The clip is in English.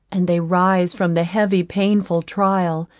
and they rise from the heavy, painful trial,